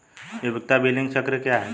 उपयोगिता बिलिंग चक्र क्या है?